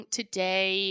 today